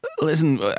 listen